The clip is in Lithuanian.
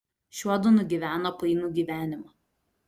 šiuodu nugyveno painų gyvenimą